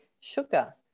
sugar